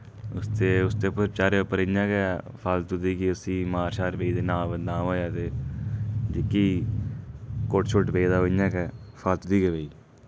उसदे उसदे उप्पर बचैरे उप्पर इ'यां गै फालतू दी गै उस्सी मार शार पेई ते नां बदनाम होएआ ते जेह्की कुट्ट शुट्ट पेई ते ओह् इ'यां गै फालतू दी गै पेई